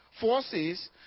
forces